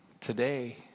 Today